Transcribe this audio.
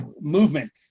movement